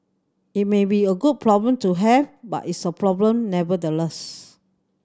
it may be a good problem to have but it's a problem nevertheless